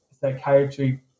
psychiatry